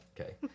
Okay